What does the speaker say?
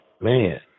man